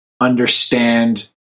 understand